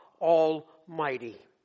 Almighty